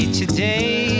today